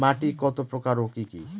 মাটি কত প্রকার ও কি কি?